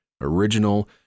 original